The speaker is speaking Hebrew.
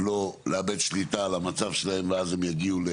לא לאבד שליטה על המצב שלהם ואז הם יגיעו ל